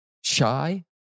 Shy